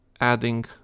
adding